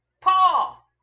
Paul